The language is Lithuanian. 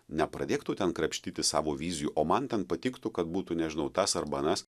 nepradėk tu ten krapštyti savo vizijų o man ten patiktų kad būtų nežinau tas arba anas